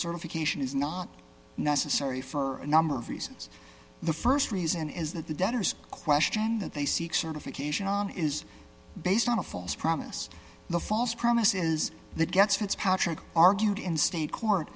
certification is not necessary for a number of reasons the st reason is that the debtors question that they seek certification on is based on a false promise the false promise is that gets fitzpatrick argued in state court